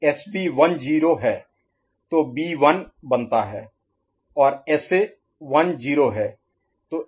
SB 1 0 है तो B 1 बनता है ओर और S A 1 0 है